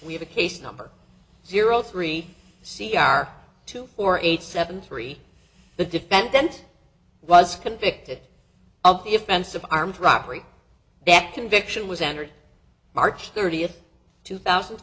we have a case number zero three c r two four eight seven three the defendant was convicted of the offense of armed robbery that conviction was angered march thirtieth two thousand